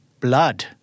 blood